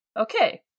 Okay